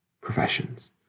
professions